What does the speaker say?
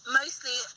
mostly